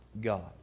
God